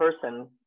person